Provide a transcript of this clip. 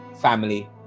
family